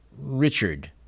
Richard